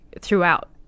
throughout